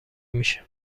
میشه